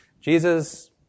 Jesus